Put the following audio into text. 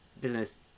business